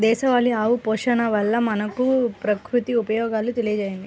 దేశవాళీ ఆవు పోషణ వల్ల మనకు, ప్రకృతికి ఉపయోగాలు తెలియచేయండి?